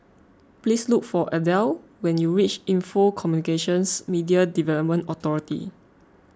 please look for Adele when you reach Info Communications Media Development Authority